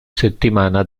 settimana